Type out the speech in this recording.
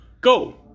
Go